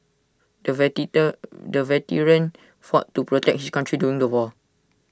the the veteran fought to protect his country during the war